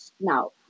now